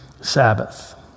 Sabbath